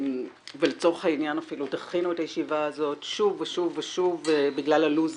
ולצורך העניין אפילו דחינו את הישיבה הזאת שוב ושוב בגלל הלו"ז